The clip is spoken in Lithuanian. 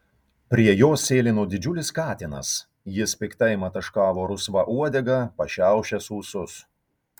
prie jos sėlino didžiulis katinas jis piktai mataškavo rusva uodega pašiaušęs ūsus